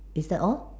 is that all